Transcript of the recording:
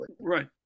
Right